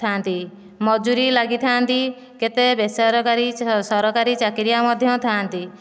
ଥାଆନ୍ତି ମଜୁରି ଲାଗିଥାନ୍ତି କେତେ ବେସରକାରୀ ସରକାରୀ ଚାକିରିଆ ମଧ୍ୟ ଥାଆନ୍ତି